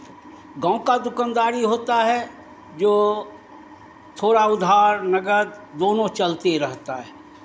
गाँव का दुकानदारी होता है जो थोड़ा उधार नगद दोनों चलते रहता है